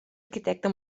arquitecte